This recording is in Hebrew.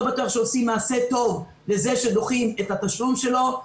בטוח שעושים מעשה טוב לזה שדוחים את התשלום שלו,